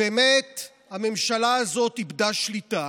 שבאמת הממשלה הזאת איבדה שליטה,